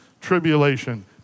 tribulation